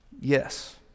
Yes